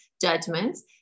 judgments